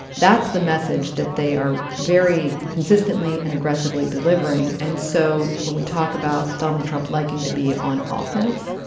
that's the message that they are very consistently and aggressively delivering. and so when we talk about donald trump liking to be on offense,